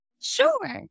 Sure